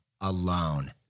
alone